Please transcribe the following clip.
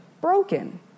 broken